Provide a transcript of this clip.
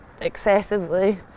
excessively